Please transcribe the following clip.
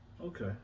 Okay